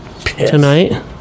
tonight